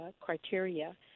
criteria